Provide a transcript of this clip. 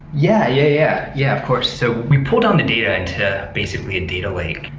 yeah yeah. yeah, of course. so we pull down the data into basically a data lake.